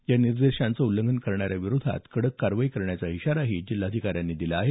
या निर्देशांचं उल्लंघन करणाऱ्या विरोधात कडक कारवाई करण्याचा इशारा ही जिल्हाधिकाऱ्यांनी दिला आहे